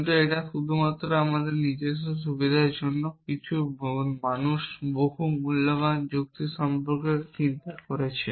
কিন্তু এটা শুধুমাত্র আমাদের নিজস্ব সুবিধার জন্য কিন্তু মানুষ বহু মূল্যবান যুক্তি সম্পর্কে চিন্তা করেছে